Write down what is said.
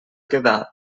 quedar